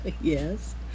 yes